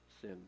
sin